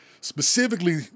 specifically